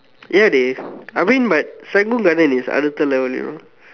ya dey I mean but Serangoon garden is like அடுத்த:aduththa level you know